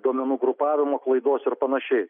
duomenų grupavimo klaidos ir panašiai